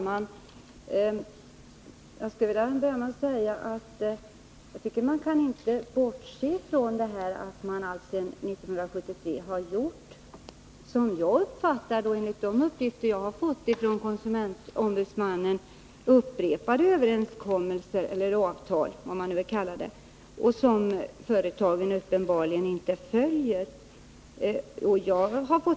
Herr talman! Jag skulle vilja börja med att säga att man inte kan bortse från att det — enligt de uppgifter jag har fått från KO — sedan 1973 har träffats upprepade överenskommelser eller avtal som företagen uppenbarligen inte följer.